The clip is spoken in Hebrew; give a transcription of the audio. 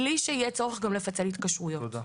בלי שיהיה צורך גם לפצל התקשרויות.